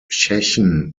chechen